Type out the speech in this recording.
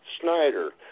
Snyder